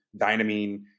dynamine